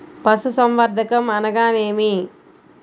పశుసంవర్ధకం అనగా ఏమి?